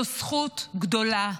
זאת זכות גדולה.